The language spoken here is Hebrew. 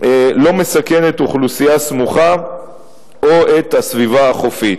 לא מסכנת אוכלוסייה סמוכה או את הסביבה החופית.